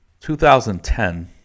2010